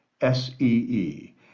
S-E-E